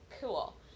Cool